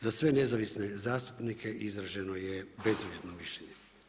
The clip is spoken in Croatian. Za sve nezavisne zastupnike izraženo je bezuvjetno mišljenje.